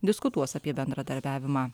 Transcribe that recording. diskutuos apie bendradarbiavimą